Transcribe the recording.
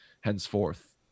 henceforth